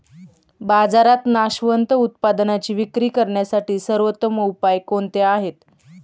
बाजारात नाशवंत उत्पादनांची विक्री करण्यासाठी सर्वोत्तम उपाय कोणते आहेत?